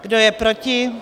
Kdo je proti?